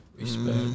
Respect